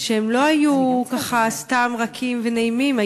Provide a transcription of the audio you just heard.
הם לא היו סתם רכים ונעימים,